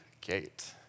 Gate